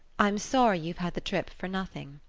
i'm sorry you've had the trip for nothing.